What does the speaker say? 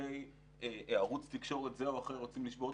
כשעובדי ערוץ תקשורת זה או אחר רוצים לשבות,